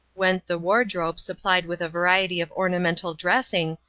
went the wardrobe supplied with a variety of ornamental dressing,